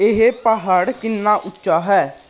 ਇਹ ਪਹਾੜ ਕਿੰਨਾ ਉੱਚਾ ਹੈ